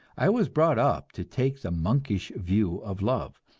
i was brought up to take the monkish view of love.